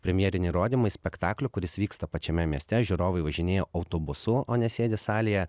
premjeriniai rodymai spektaklio kuris vyksta pačiame mieste žiūrovai važinėja autobusu o ne sėdi salėje